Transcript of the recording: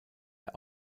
der